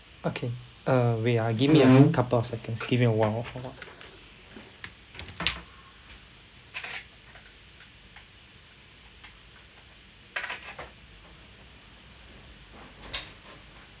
okay uh wait ah give me a couple of seconds give me a while for